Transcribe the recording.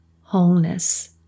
wholeness